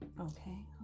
Okay